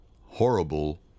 horrible